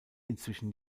inzwischen